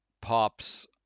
Pops